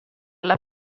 alla